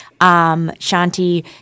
Shanti